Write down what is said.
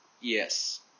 Yes